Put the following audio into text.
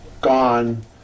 gone